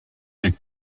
est